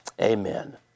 Amen